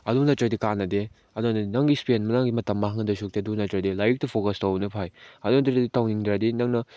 ꯑꯗꯨ ꯅꯠꯇ꯭ꯔꯗꯤ ꯀꯥꯟꯅꯗꯦ ꯑꯗꯨꯅ ꯅꯪꯒꯤ ꯏꯁꯄꯦꯟ ꯅꯪꯒꯤ ꯃꯇꯝ ꯃꯥꯡꯍꯟꯗꯣꯏ ꯁꯔꯨꯛꯇꯤ ꯑꯗꯨ ꯅꯠꯇ꯭ꯔꯗꯤ ꯂꯥꯏꯔꯤꯛꯇ ꯐꯣꯀꯁ ꯇꯧꯕꯅ ꯐꯩ ꯑꯗꯨ ꯅꯠꯇ꯭ꯔꯗꯤ ꯇꯧꯅꯤꯡꯗ꯭ꯔꯗꯤ ꯅꯪꯅ